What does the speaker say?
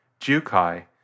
Jukai